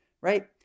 right